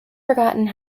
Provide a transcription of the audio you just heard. forgotten